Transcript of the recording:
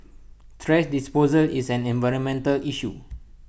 thrash disposal is an environmental issue